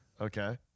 Okay